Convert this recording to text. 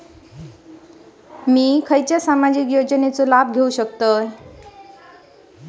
मी कोणत्या सामाजिक योजनेचा लाभ घेऊ शकते?